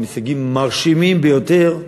עם הישגים מרשימים ביותר.